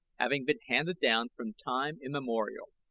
having been handed down from time immemorial.